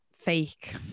fake